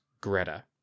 Greta